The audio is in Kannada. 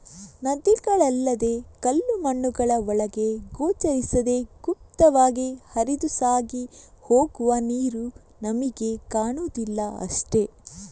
ನದಿಗಳಲ್ಲದೇ ಕಲ್ಲು ಮಣ್ಣುಗಳ ಒಳಗೆ ಗೋಚರಿಸದೇ ಗುಪ್ತವಾಗಿ ಹರಿದು ಸಾಗಿ ಹೋಗುವ ನೀರು ನಮಿಗೆ ಕಾಣುದಿಲ್ಲ ಅಷ್ಟೇ